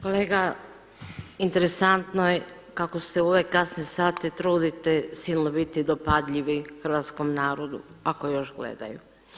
Kolega, interesantno je kako se u ove kasne sate trudite silno biti dopadljivi hrvatskom narodu ako još gledaju.